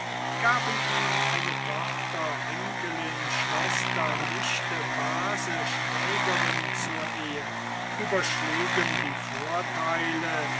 gaben ihm eine tochter enkelin schwester nichte base schwägerin zur ehe überschlugen die vorteile